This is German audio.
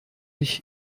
ich